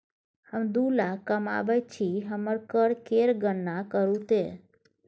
हम दू लाख कमाबैत छी हमर कर केर गणना करू ते